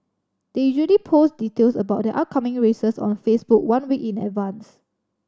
they usually post details about their upcoming races on Facebook one week in advance